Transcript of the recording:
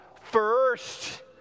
First